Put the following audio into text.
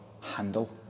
handle